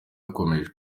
rikomeje